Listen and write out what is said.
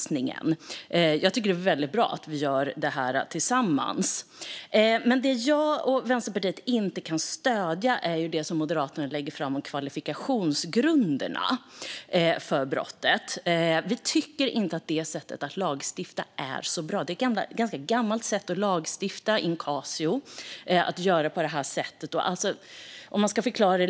Jag tycker att det är väldigt bra att vi göra detta tillsammans. Det jag och Vänsterpartiet inte kan stödja är det Moderaterna lägger fram om kvalifikationsgrunderna för brottet. Vi tycker inte att det sättet att lagstifta är så bra utan lite gammaldags.